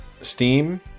steam